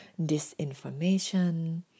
disinformation